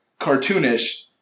cartoonish